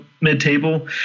mid-table